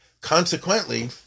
Consequently